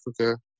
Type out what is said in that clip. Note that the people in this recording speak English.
Africa